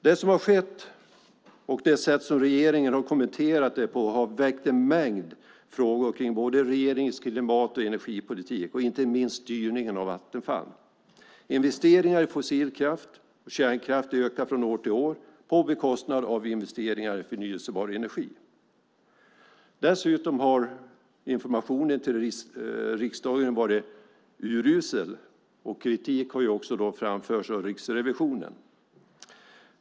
Det som har skett och det som regeringen har kommenterat har väckt en mängd frågor kring både regeringens klimat och energipolitik och inte minst styrningen av Vattenfall. Investeringar i fossilkraft och kärnkraft ökar från år till år på bekostnad av investeringar i förnybar energi. Dessutom har informationen till riksdagen varit urusel. Kritik har också framförts av Riksrevisionen.